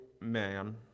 man